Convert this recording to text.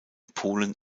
polen